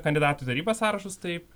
kandidatų tarybas sąrašus taip